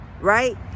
right